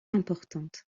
importante